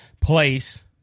place